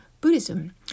Buddhism